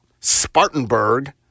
Spartanburg